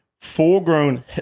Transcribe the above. full-grown